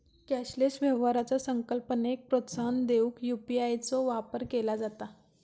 cashless व्यवहाराचा संकल्पनेक प्रोत्साहन देऊक यू.पी.आय चो वापर केला जाता